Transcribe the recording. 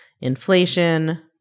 inflation